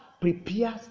prepares